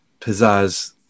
pizzazz